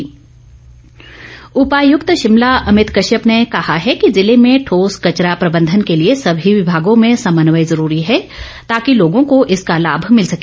DC Shimla उपायुक्त शिमला अभित कश्यप ने कहा है कि जिले में ठोस कचरा प्रबंधन के लिए सभी विभागों में समन्वय जरूरी है ताकि लोगों को इसका लाभ भिल सके